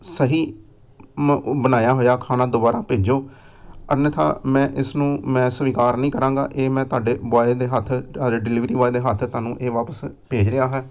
ਸਹੀ ਮ ਓ ਬਣਾਇਆ ਹੋਇਆ ਖਾਣਾ ਦੁਬਾਰਾ ਭੇਜੋ ਅੰਨਥਾ ਮੈਂ ਇਸਨੂੰ ਮੈਂ ਸਵੀਕਾਰ ਨਹੀਂ ਕਰਾਂਗਾ ਇਹ ਮੈਂ ਤੁਹਾਡੇ ਬੋਏ ਦੇ ਹੱਥ ਅਰੇ ਡਿਲੀਵਰੀ ਬੋਏ ਦੇ ਹੱਥ ਤੁਹਾਨੂੰ ਇਹ ਵਾਪਸ ਭੇਜ ਰਿਹਾ ਹੈ